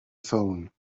phone